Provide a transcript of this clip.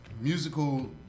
musical